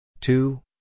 Two